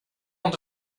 inte